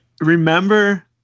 remember